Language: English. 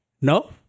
No